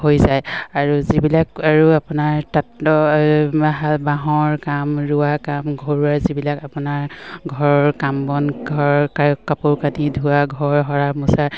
হৈ যায় আৰু যিবিলাক আৰু আপোনাৰ তাঁত বাঁহৰ কাম ৰোৱা কাম ঘৰুৱা যিবিলাক আপোনাৰ ঘৰৰ কাম বন ঘৰৰ কাপোৰ কাটি ধোৱা ঘৰ সৰা মোচা